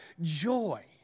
joy